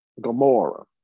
Gamora